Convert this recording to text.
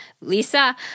Lisa